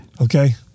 Okay